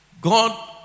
God